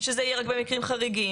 שזה יהיה רק במקרים חריגים,